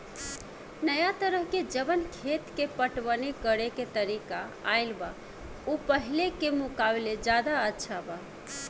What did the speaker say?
नाया तरह के जवन खेत के पटवनी करेके तरीका आईल बा उ पाहिले के मुकाबले ज्यादा अच्छा बा